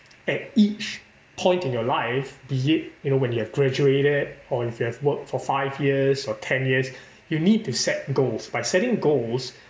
at each point in your life be it you know when you have graduated or if you have worked for five years or ten years you need to set goals by setting goals